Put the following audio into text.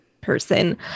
person